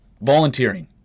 volunteering